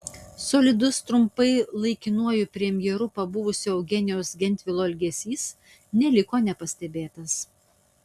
solidus trumpai laikinuoju premjeru pabuvusio eugenijaus gentvilo elgesys neliko nepastebėtas